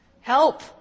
Help